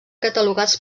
catalogats